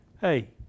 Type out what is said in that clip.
Hey